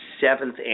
seventh